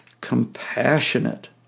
compassionate